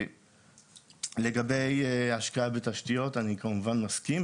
לגבי השקעה בתשתיות, אני כמובן מסכים.